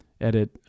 edit